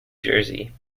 jersey